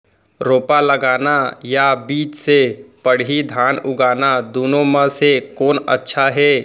रोपा लगाना या बीज से पड़ही धान उगाना दुनो म से कोन अच्छा हे?